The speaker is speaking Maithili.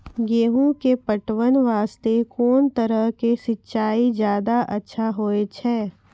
गेहूँ के पटवन वास्ते कोंन तरह के सिंचाई ज्यादा अच्छा होय छै?